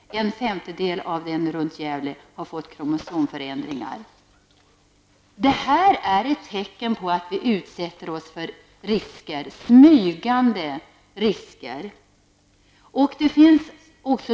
En femtedel av sorkarna omkring Gävle har fått kromosomförändringar. Det här är ett tecken på att vi utsätter oss för smygande risker.